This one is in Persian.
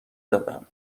دادم